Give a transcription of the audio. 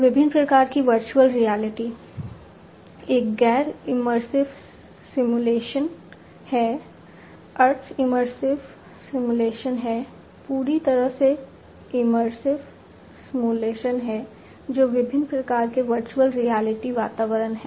विभिन्न प्रकार की वर्चुअल रियलिटी वातावरण हैं